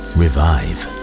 revive